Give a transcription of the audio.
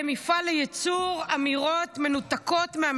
בבקשה, לרשותך שלוש דקות.